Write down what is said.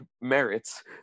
merits